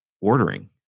ordering